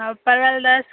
हँ परवल दश